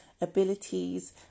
abilities